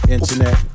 Internet